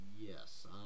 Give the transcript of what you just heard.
Yes